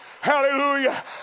Hallelujah